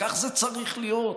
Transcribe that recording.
וכך זה צריך להיות.